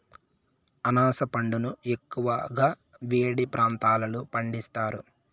అనాస పండును ఎక్కువగా వేడి ప్రాంతాలలో పండిస్తారు